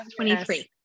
23